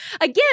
again